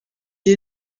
est